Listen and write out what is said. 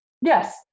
Yes